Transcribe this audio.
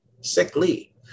sickly